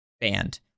band